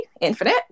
infinite